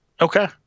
Okay